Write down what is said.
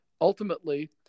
ultimately